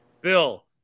bill